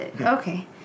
Okay